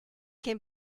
can